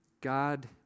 God